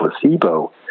placebo